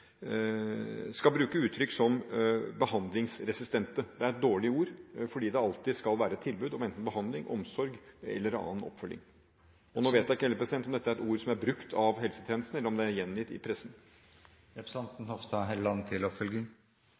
skal bruke uttrykk som «behandlingsresistent». Det er et dårlig ord fordi det alltid skal være et tilbud om enten behandling, omsorg eller annen oppfølging. Men nå vet jeg ikke helt bestemt om dette er et ord som er brukt av helsetjenesten, eller om det er gjengitt i